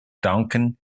danken